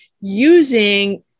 using